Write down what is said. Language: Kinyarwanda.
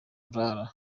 nka